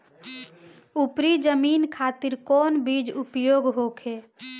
उपरी जमीन खातिर कौन बीज उपयोग होखे?